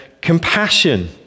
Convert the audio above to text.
Compassion